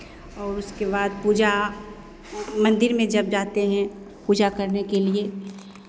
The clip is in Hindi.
और उसके बाद पूजा मंदिर में जब जाते हैं पूजा करने के लिए